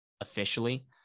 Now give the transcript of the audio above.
officially